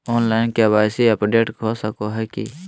Online KYC update हो सको है की?